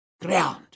ground